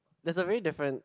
there's a very different